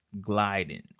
gliding